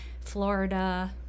Florida